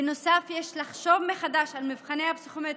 בנוסף, יש לחשוב מחדש על המבחנים הפסיכומטריים,